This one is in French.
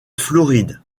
floride